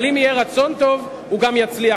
אבל אם יהיה רצון טוב הוא גם יצליח.